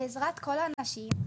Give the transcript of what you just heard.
בעזרת כל האנשים,